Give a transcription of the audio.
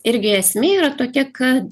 irgi esmė yra tokia kad